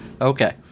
Okay